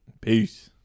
Peace